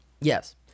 yes